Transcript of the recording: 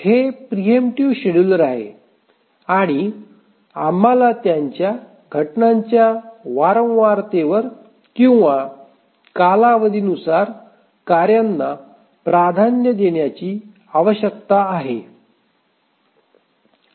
हे preemptive scheduler आहे आणि आम्हाला त्यांच्या घटनांच्या वारंवारतेवर किंवा कालावधीनुसार कार्यांना प्राधान्य देण्याची आवश्यकता आहे